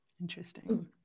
interesting